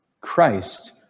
Christ